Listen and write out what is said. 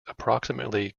approximately